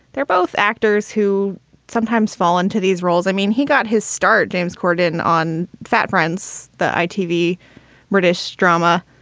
they're both actors who sometimes fall into these roles. i mean, he got his start james corden on fat friends, the itv british drama.